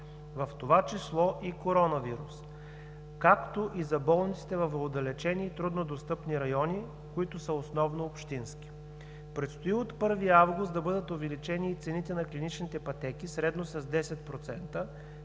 в това число и коронавирус, както и за болниците в отдалечени и труднодостъпни райони, които са основно общински. Предстои от 1 август да бъдат увеличени и цените на клиничните пътеки средно с 10%,